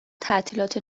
تعطیلات